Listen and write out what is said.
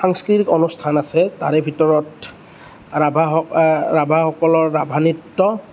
সাংস্কৃতিক অনুষ্ঠান আছে তাৰে ভিতৰত ৰাভা সক ৰাভা সকলৰ ৰাভা নৃত্য